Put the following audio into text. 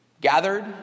Gathered